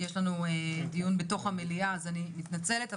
יש לנו דיון בתוך המליאה אז אני מתנצלת.